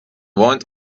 want